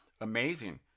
amazing